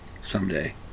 someday